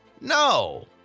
No